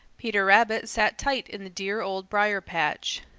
peter rabbit sat tight in the dear old briar-patch.